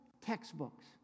textbooks